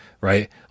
Right